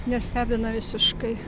nestebina visiškai